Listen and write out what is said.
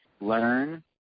learn